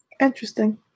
Interesting